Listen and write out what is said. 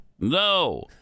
No